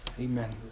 Amen